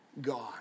God